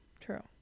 True